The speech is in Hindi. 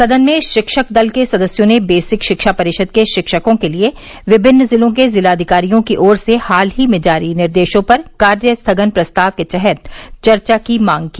सदन में शिक्षक दल के सदस्यों ने बेसिक शिक्षा परिषद के शिक्षकों के लिये विभिन्न जिलों के जिलाधिकारी की ओर से हाल ही में जारी निर्देशों पर कार्यस्थगन प्रस्ताव के तहत चर्चा की मांग की